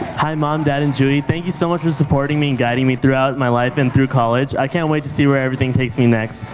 hi mom, dad, and judy. thank you so much for supporting me and guiding me throughout my life and through college. i can't wait to see where everything takes me next.